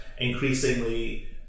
increasingly